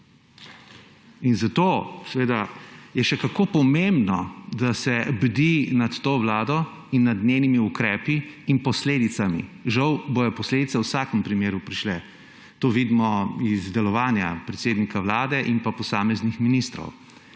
Zato je še kako pomembno, da se bdi nad to vlado in nad njenimi ukrepi in posledicami. Žal bodo posledice v vsakem primeru prišle. To vidimo iz delovanja predsednika Vlade in posameznih ministrov.